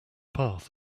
path